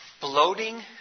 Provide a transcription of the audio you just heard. bloating